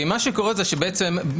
מה שקורה שמ-2005,